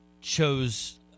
chose